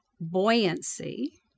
buoyancy